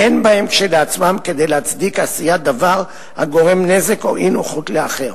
אין בהן כשלעצמן כדי להצדיק עשיית דבר הגורם נזק או אי-נוחות לאחר".